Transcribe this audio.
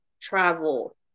travel